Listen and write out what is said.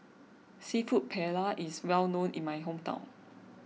Seafood Paella is well known in my hometown